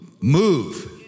move